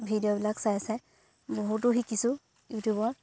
ভিডিঅ'বিলাক চাই চাই বহুতো শিকিছোঁ ইউটিউবত